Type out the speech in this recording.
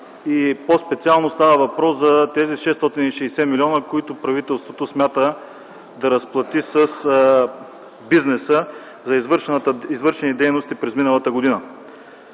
По-специално става въпрос за тези 660 милиона, които правителството смята да разплати с бизнеса за извършени дейности през миналата година.